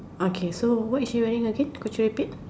okay so what is she wearing again could you repeat